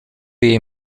jej